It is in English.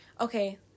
okay